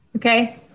Okay